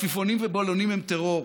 ועפיפונים ובלונים הם טרור.